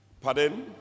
pardon